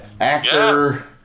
actor